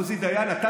ועוזי דיין, אתה